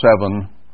seven